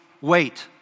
wait